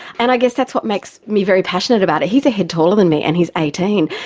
and i guess that's what makes me very passionate about it. he's a head taller than me and he's eighteen.